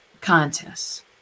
contests